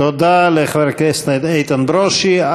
תודה לחבר הכנסת איתן ברושי.